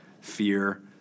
fear